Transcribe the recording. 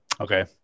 okay